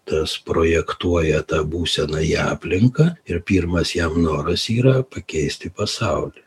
tas projektuoja tą būseną į aplinką ir pirmas jam noras yra pakeisti pasaulį